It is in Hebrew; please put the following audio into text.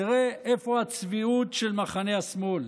תראה איפה הצביעות של מחנה השמאל.